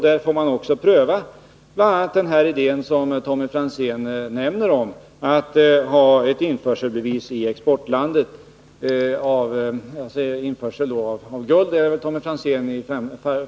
Där får man också pröva den idé Tommy Franzén tog upp, att kräva ett införselbevis i exportlandet, i första hand när det gäller guld.